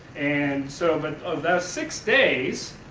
and so, of and of that six days,